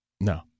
No